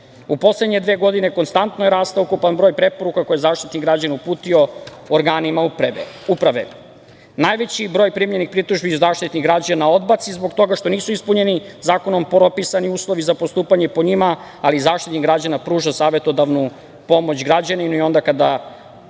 poslednje dve godine konstantno je rastao ukupan broj preporuka koje je Zaštitnik građana uputio organima uprave. Najveći broj primljenih pritužbi Zaštitnik građana odbaci zbog toga što nisu ispunjeni zakonom propisani uslovi za postupanje po njima, ali Zaštitnik građana pruža savetodavnu pomoć građaninu i onda kada